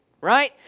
right